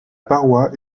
paroi